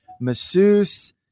masseuse